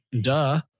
duh